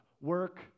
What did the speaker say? Work